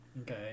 okay